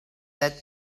that